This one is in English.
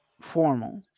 formal